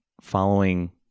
following